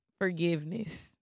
forgiveness